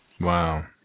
Wow